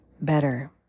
better